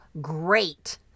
great